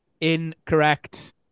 Incorrect